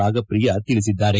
ರಾಗಪ್ರಿಯ ತಿಳಿಸಿದ್ದಾರೆ